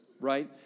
right